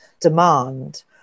demand